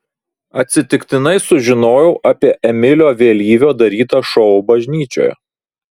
atsitiktinai sužinojau apie emilio vėlyvio darytą šou bažnyčioje